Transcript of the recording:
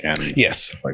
Yes